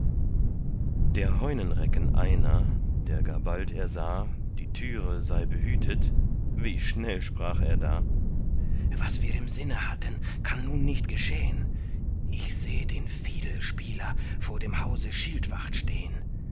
der heunenrecken einer der gar bald ersah die türe sei behütet wie schnell sprach er da was wir im sinne hatten kann nun nicht geschehn ich seh den fiedelspieler vor dem hause schildwacht stehn